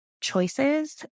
choices